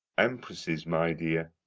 empresses, my dear.